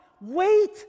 Wait